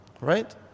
right